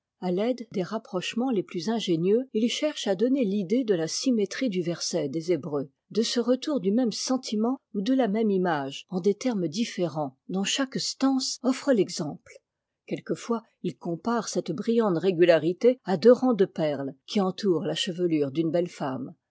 a l'aide des rapprochements les plus ingénieux il cherche à donner l'idée de la symétrie du verset des hébreux de ce retour du même sentiment ou de la même image en des termes différents dont chaque stance offre l'exemple quelquefois it compare cette brillante régularité à deux rangs de perles qui entourent la chevelure d'une belle femme